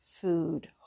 food